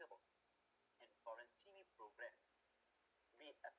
and foreign T_V program be a